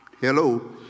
Hello